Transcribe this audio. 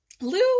Lou